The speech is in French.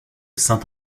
saint